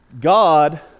God